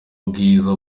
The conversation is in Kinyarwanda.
bwiza